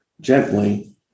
gently